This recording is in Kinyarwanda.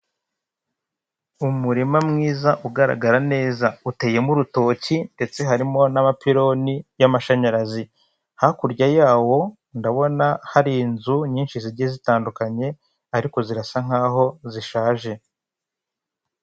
Umurima mwiza ugaragara neza, uteyemo urutoki ndetse harimo n'amapironi y'amashanyarazi, hakurya yawo ndabona hari inzu nyinshi zigiye zitandukanye ariko zirasa nkaho zishaje.